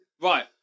Right